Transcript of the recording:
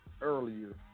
earlier